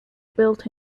built